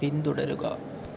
പിന്തുടരുക